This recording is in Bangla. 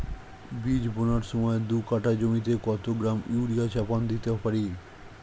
বীজ বোনার সময় দু কাঠা জমিতে কত গ্রাম ইউরিয়া চাপান দিতে পারি?